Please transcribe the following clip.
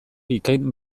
bikain